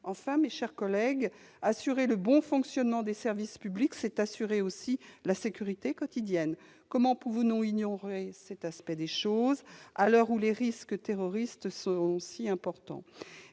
Enfin, mes chers collègues, assurer le « bon fonctionnement des services publics », c'est aussi garantir la sécurité quotidienne. Comment ignorer cet aspect des choses à l'heure où les risques terroristes sont aussi importants ?